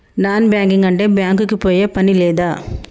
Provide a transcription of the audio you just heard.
Non banking అంటే bank కి పోయే పని లేదా?